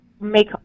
make